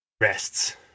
rests